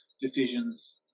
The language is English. decisions